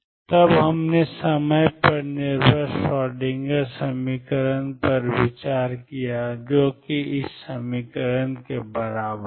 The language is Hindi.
तब हमने समय पर निर्भर श्रोडिंगर समीकरण पर विचार किया जो किiℏ∂ψ∂tH है